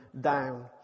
down